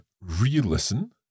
re-listen